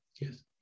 Yes